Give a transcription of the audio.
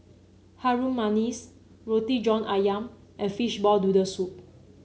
Harum Manis Roti John ayam and Fishball Noodle Soup